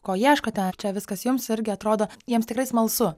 ko ieškote ar čia viskas jums irgi atrodo jiems tikrai smalsu